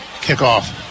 kickoff